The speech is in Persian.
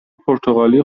پرتغالی